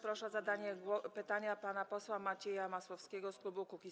Proszę o zadanie pytania pana posła Macieja Masłowskiego z klubu Kukiz’15.